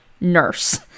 nurse